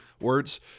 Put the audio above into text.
words